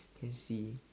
can see